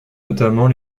notamment